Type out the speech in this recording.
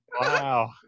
Wow